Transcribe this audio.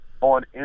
on